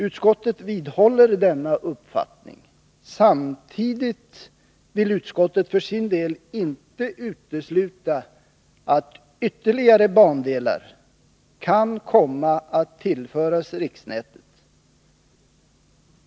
Utskottet vidhåller denna uppfattning, samtidigt som utskottet för sin delinte vill utesluta att ytterligare bandelar kan komma att tillföras riksnätet.